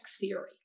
theory